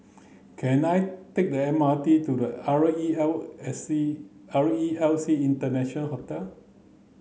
can I take the M R T to R E L C R E L C International Hotel